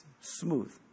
smooth